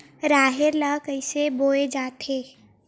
राहेर ल कइसे बोय जाथे?